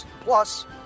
Plus